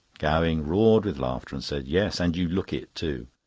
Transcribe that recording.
gowing roared with laughter and said yes, and you look it, too.